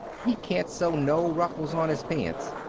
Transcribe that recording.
he can't sew no ruffles on his pants.